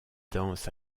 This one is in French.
danses